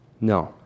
No